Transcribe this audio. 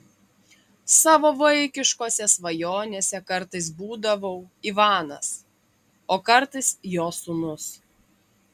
savo vaikiškose svajonėse kartais būdavau ivanas o kartais jo sūnus